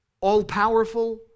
all-powerful